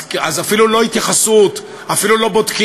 אז אפילו לא התייחסות, אפילו לא בודקים.